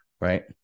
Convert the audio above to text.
right